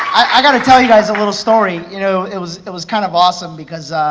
i gotta tell you guys a little story, you know, it was it was kind of awesome because.